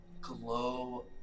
glow